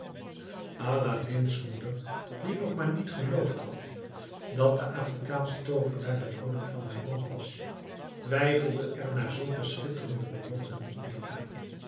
aladdin's moeder die nog maar niet geloofd had dat de afrikaansche toovenaar de broeder van haar man was twijfelde er na zulke schitterende beloften niet meer aan